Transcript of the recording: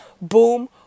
boom